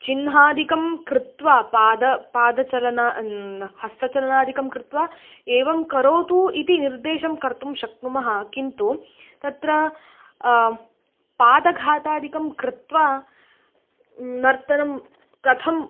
चिह्नादिकं कृत्वा पादे पादचलन हस्तचलनादिकं कृत्वा एवं करोतु इति निर्देशं कर्तुं शक्नुमः किन्तु तत्र पादघातादिकं कृत्वा नर्तनं कथं